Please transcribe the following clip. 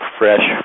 fresh